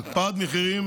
על הקפאת מחירים,